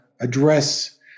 address